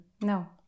no